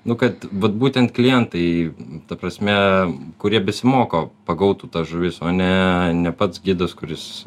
nu kad vat būtent klientai ta prasme kurie besimoko pagautų tas žuvis o ne ne pats gidas kuris